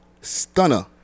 Stunner